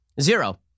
zero